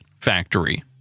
Factory